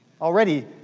Already